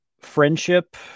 friendship